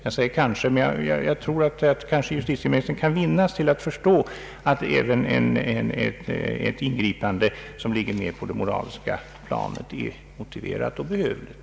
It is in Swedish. Jag säger kanske, för jag tror att justitieministern kan vinnas att förstå att även ett ingripande som ligger mera på det moraliska planet är motiverat och behövligt.